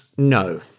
No